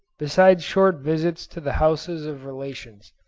besides short visits to the houses of relations,